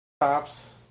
tops